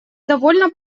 довольно